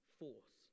force